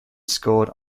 scored